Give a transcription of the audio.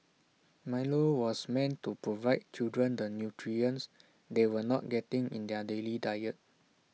milo was meant to provide children the nutrients they were not getting in their daily diet